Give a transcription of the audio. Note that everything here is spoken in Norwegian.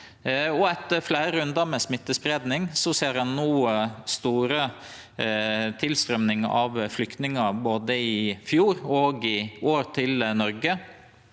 Og etter fleire rundar med smittespreiing ser ein no stor tilstrøyming av flyktningar, både i fjor og i år, til Noreg.